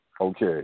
Okay